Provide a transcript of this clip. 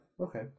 Okay